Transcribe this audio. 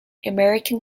american